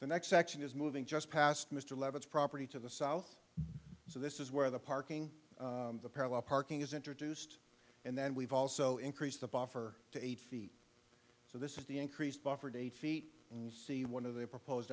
the next section is moving just past mr leavitt's property to the south so this is where the parking the parallel parking is introduced and then we've also increased the buffer to eight feet so this is the increased buffered eight feet and see one of the propose